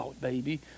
baby